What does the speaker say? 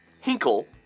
Hinkle